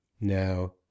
Now